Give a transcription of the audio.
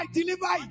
deliver